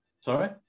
Sorry